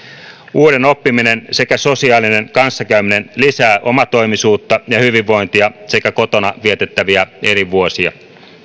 uuden oppiminen sekä sosiaalinen kanssakäyminen lisää omatoimisuutta ja hyvinvointia sekä kotona vietettäviä elinvuosia